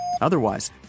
otherwise